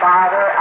Father